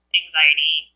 anxiety